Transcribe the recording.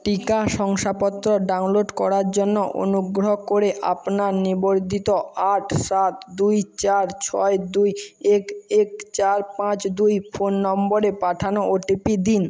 টিকা শংসাপত্র ডাউনলোড করার জন্য অনুগ্রহ করে আপনার নিবর্দ্ধিত আট সাত দুই চার ছয় দুই এক এক চার পাঁচ দুই ফোন নম্বরে পাঠানো ও টি পি দিন